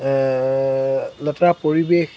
লেতেৰা পৰিৱেশ